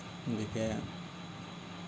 গতিকে